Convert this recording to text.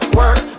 work